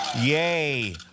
yay